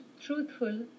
truthful